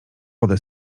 wodę